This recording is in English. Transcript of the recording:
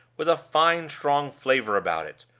with a fine strong flavor about it.